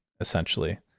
essentially